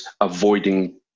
avoiding